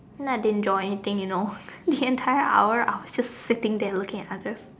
and I didn't draw anything you know the entire hour I was just sitting there looking at other